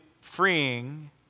freeing